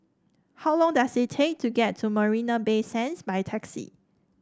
how long does it take to get to Marina Bay Sands by taxi